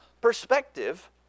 perspective